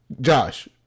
Josh